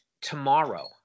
tomorrow